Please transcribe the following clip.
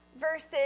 versus